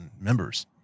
members